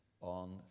on